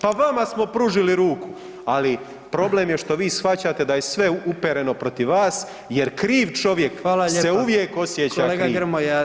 Pa vama smo pružili ruku, ali problem je što vi shvaćate da je sve upereno protiv vas jer kriv čovjek [[Upadica: Hvala lijepa.]] se uvijek osjeća kriv.